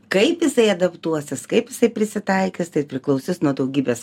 kaip jisai adaptuosis kaip prisitaikys tai priklausys nuo daugybės